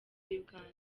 uganda